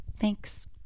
thanks